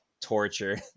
torture